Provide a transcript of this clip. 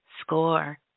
score